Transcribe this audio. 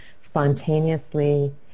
spontaneously